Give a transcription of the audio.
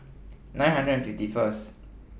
nine hundred and fifty First